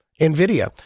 Nvidia